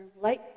light